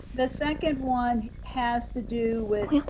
the second one has to do with,